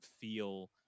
feel